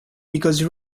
because